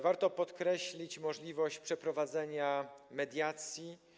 Warto podkreślić możliwość przeprowadzenia mediacji.